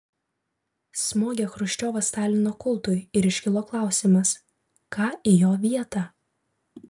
smogė chruščiovas stalino kultui ir iškilo klausimas ką į jo vietą